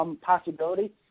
possibility